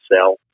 sell